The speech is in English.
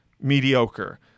mediocre